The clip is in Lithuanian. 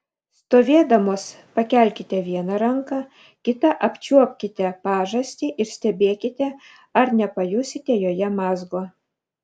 stovėdamos pakelkite vieną ranką kita apčiuopkite pažastį ir stebėkite ar nepajusite joje mazgo